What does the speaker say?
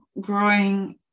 growing